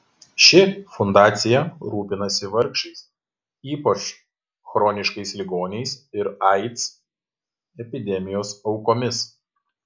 ši fundacija rūpinasi vargšais ypač chroniškais ligoniais ir aids epidemijos aukomis